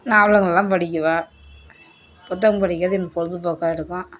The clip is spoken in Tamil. நாவல்களாம் படிக்குவேன் புத்தகம் படிக்கிறது எனக்கு பொழுதுபோக்கா இருக்கும்